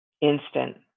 Instant